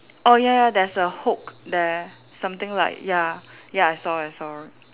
oh ya ya there's a hook there something like ya ya I saw I saw